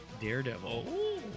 Daredevil